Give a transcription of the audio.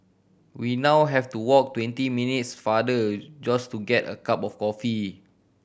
we now have to walk twenty minutes farther just to get a cup of coffee